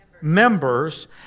members